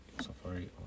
Safari